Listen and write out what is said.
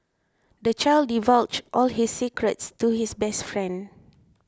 the child divulged all his secrets to his best friend